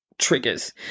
Triggers